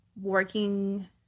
working